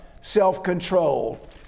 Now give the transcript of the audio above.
self-control